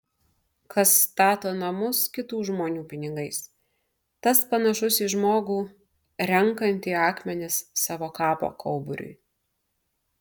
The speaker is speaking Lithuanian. kas stato namus kitų žmonių pinigais tas panašus į žmogų renkantį akmenis savo kapo kauburiui